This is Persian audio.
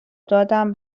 دادم